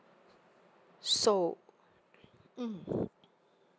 so mm